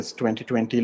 2020